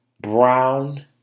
brown